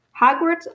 Hogwarts